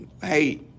hey